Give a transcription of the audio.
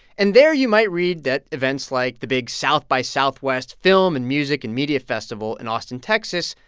and there you might read that events like the big south by southwest film and music and media festival in austin, texas,